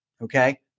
okay